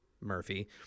Murphy